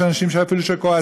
יש אנשים שכועסים